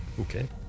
Okay